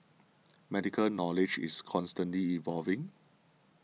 medical knowledge is constantly evolving